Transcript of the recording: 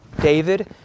David